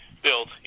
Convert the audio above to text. Built